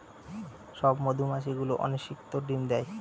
সব মধুমাছি গুলো অনিষিক্ত ডিম দেয়